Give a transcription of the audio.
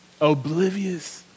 oblivious